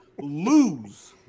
Lose